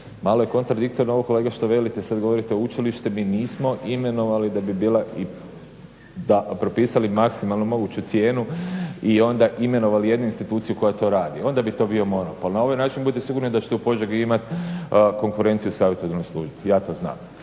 Malo je kontradiktorno ovo kolega što velite, sad velite učilište. Mi nismo imenovali da bi bila, propisali maksimalnu moguću cijenu i onda imenovali jednu instituciju koja to radi. Onda bi to bio monopol. Na ovaj način budite sigurni da ćete u Požegi imati konkurenciju u savjetodavnoj službi. Ja to znam.